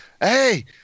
hey